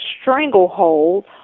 stranglehold